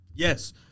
Yes